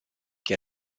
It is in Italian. che